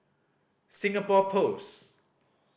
Singapore Post